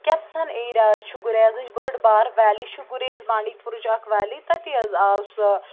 کٮ۪تھسَن area حظ چھُ گُریزٕچ بٔڑ بار ویلی چھُ گُریز بانٛڈی پوٗرٕچ اَکھ ویلی تٔتی حظ آو سُہ